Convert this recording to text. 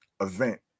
event